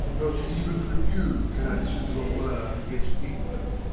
not even from you can i listen to a word against england.